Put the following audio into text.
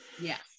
Yes